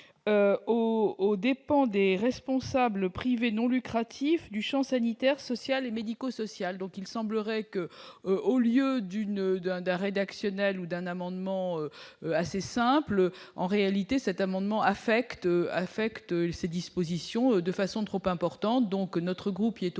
au dépend des responsables privés non lucratifs du Champ sanitaire, sociale et médico-sociale, donc, il semblerait que, au lieu d'une dinde un rédactionnel ou d'un amendement assez simple : en réalité, cet amendement affecte affecte cette disposition de façon trop importante, donc notre groupe qui est opposé,